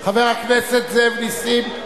חבר הכנסת זאב נסים,